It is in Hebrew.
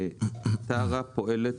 טרה פועלת